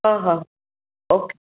हा हा ओके